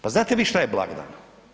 Pa znate vi šta je blagdan?